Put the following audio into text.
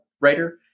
writer